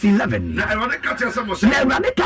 Eleven